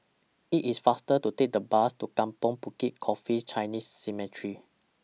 IT IS faster to Take The Bus to Kampong Bukit Coffee Chinese Cemetery